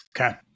Okay